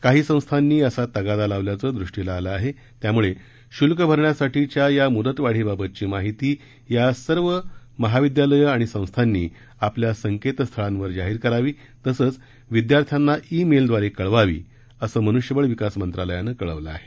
काही संस्थांनी असा तगादा लावल्याचं द्रष्टीला आलं आहे त्यामुळे शुल्क भरण्यासाठीच्या या मुदतवाढीबाबतची माहिती या सर्व महाविद्यालयं आणि संस्थांनी आपल्या संकेतस्थळांवर जाहीर करावी तसंच विद्यार्थ्यांना ई मेलद्वारे कळवावी असं मनुष्य बळ विकास मंत्रालयानं कळवलं आहे